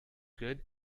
good